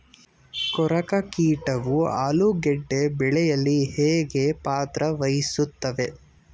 ಕೊರಕ ಕೀಟವು ಆಲೂಗೆಡ್ಡೆ ಬೆಳೆಯಲ್ಲಿ ಹೇಗೆ ಪಾತ್ರ ವಹಿಸುತ್ತವೆ?